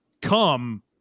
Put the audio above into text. come